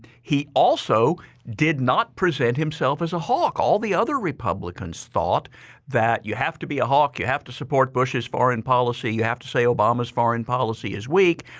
he also did not present himself as a hawk. all the other republicans thought that you have to be a hawk. you have to support bush's foreign policy. you have to say obama's foreign policy is weak.